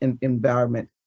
environment